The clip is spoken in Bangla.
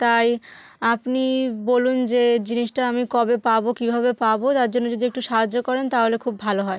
তাই আপনি বলুন যে জিনিসটা আমি কবে পাব কীভাবে পাব তার জন্য যদি একটু সাহায্য করেন তাহলে খুব ভালো হয়